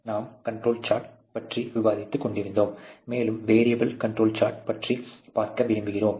நாம் control chart பற்றி விவாதித்துக் கொண்டிருந்தோம் மேலும் வேரீயபில் கண்ட்ரோல் சார்ட்ப் பற்றி பார்க்க விரும்புகிறேன்